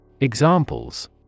Examples